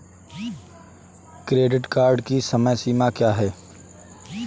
Credit card की समय सीमा क्या है?